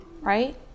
right